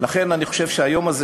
לכן אני חושב שהיום הזה,